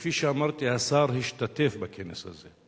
וכפי שאמרתי, השר השתתף בכנס הזה.